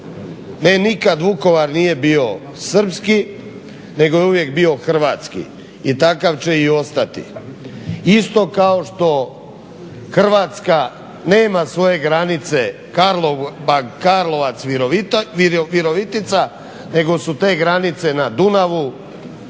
nikad Vukovar nije bio srpski nego je uvijek bio hrvatski i takav će i ostati. Isto kao što Hrvatska nema svoje granice Karlovac-Virovitica nego su te granice na Dunavu,